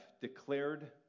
declared